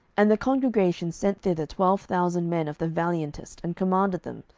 and the congregation sent thither twelve thousand men of the valiantest, and commanded them,